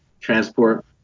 transport